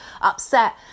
upset